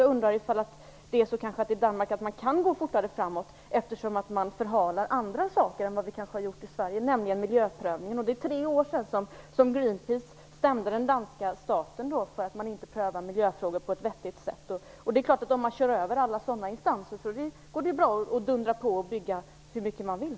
Jag undrar om det inte är så att man kan gå fortare fram i Danmark eftersom man förhalar vissa saker som vi inte förhalar i Sverige, nämligen miljöprövningen. Det är tre år sedan Greenpeace stämde den danska staten för att man inte prövade miljöfrågor på ett vettigt sätt. Det klart; kör man över alla sådana instanser går det ju bra att dundra på och bygga hur mycket man vill.